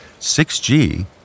6g